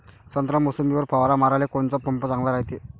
संत्रा, मोसंबीवर फवारा माराले कोनचा पंप चांगला रायते?